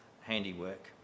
handiwork